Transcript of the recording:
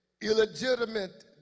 Illegitimate